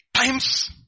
Times